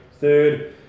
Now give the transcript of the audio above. third